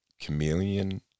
chameleon